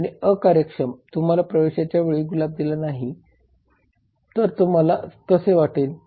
आणि अकार्यक्षम तुम्हाला प्रवेशाच्या वेळी गुलाब दिला नाही तर तुम्हाला कसे वाटेल